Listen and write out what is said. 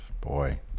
Boy